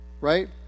right